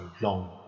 long